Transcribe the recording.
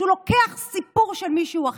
כשהוא לוקח סיפור של מישהו אחר,